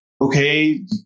Okay